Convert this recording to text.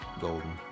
golden